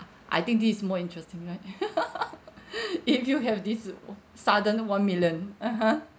I think this is more interesting right if you have this ah sudden one million (uh huh)